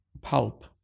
Pulp